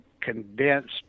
condensed